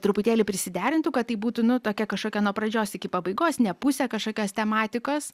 truputėlį prisiderintų kad tai būtų nu tokia kažkokia nuo pradžios iki pabaigos ne pusė kažkokios tematikos